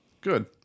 Good